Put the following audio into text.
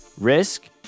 Risk